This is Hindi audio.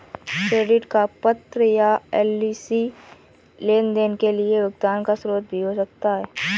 क्रेडिट का पत्र या एल.सी लेनदेन के लिए भुगतान का स्रोत भी हो सकता है